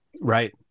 Right